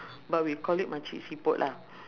but we call it makcik siput lah